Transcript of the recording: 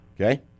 okay